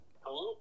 hello